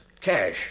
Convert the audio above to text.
cash